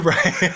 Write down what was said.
Right